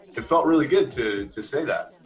it felt really good to to say that.